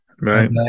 Right